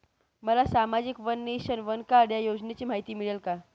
मला सामाजिक one nation, one card या योजनेची माहिती मिळेल का?